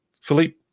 Philippe